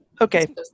Okay